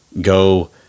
go